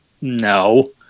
No